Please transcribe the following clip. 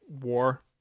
war